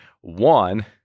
one